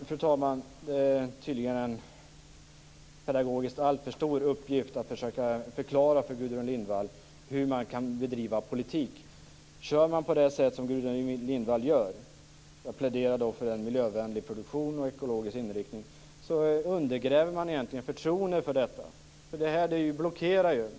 Fru talman! Det är tydligen en pedagogiskt alltför stor uppgift att försöka förklara för Gudrun Lindvall hur man kan bedriva politik. Gudrun Lindvall pläderar för en miljövänlig produktion och en ekologisk inriktning, men egentligen undergräver hon förtroendet för detta. Det hon säger gör att man blir blockerad.